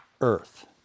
earth